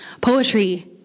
poetry